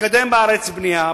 ולקדם בארץ בנייה,